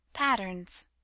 Patterns